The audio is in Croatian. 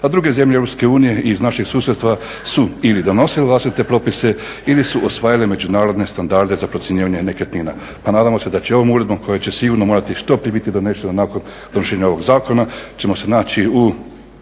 A druge zemlje EU iz našeg susjedstva su ili donosili vlastite propise ili su usvajale međunarodne standarde za procjenjivanje nekretnina. Nadamo se da će ovom uredbom koja će sigurno morati što prije biti donesena nakon donošenja ovog zakona ćemo se naći u